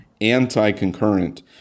anti-concurrent